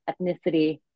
ethnicity